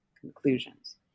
conclusions